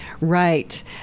Right